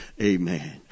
Amen